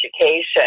education